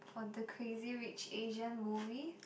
for the crazy rich asian movie